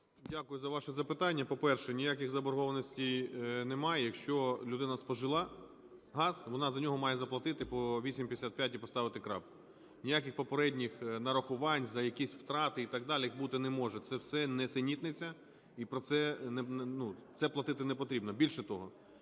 Дякую за ваше запитання. По-перше, ніяких заборгованостей немає. Якщо людина спожила газ, вона за нього має заплатити по 8.55 - і поставити крапку. Ніяких попередніх нарахувань за якісь втрати і так далі бути не може. Це все нісенітниця, і це платити непотрібно. Більше того,